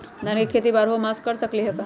धान के खेती बारहों मास कर सकीले का?